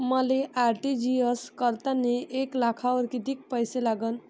मले आर.टी.जी.एस करतांनी एक लाखावर कितीक पैसे लागन?